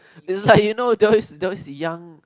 it's like you know there always there always a young